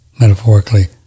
metaphorically